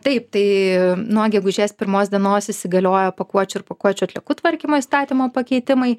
taip tai nuo gegužės pirmos dienos įsigalioja pakuočių ir pakuočių atliekų tvarkymo įstatymo pakeitimai